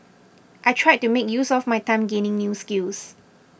I tried to make use of my time gaining new skills